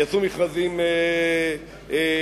יצאו מכרזים בתל-אביב,